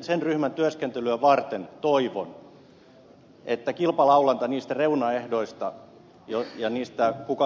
sen ryhmän työskentelyä varten toivon että kilpalaulanta niistä reunaehdoista ja